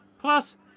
Plus